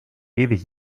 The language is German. ewig